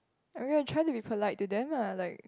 okay try to be polite to them lah like